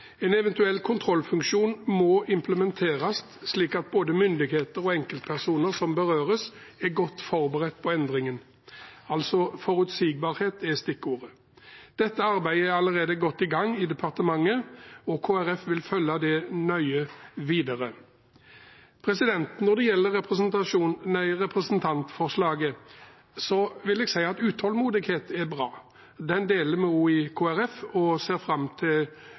En eventuell kontrollfunksjon må implementeres slik at både myndighetene og enkeltpersoner som berøres, er godt forberedt på endringen, altså er forutsigbarhet stikkordet. Dette arbeidet er allerede godt i gang i departementet, og Kristelig Folkeparti vil følge det nøye videre. Når det gjelder representantforslaget, vil jeg si at utålmodighet er bra. Den deler vi også i Kristelig Folkeparti og ser fram til